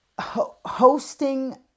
hosting